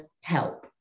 help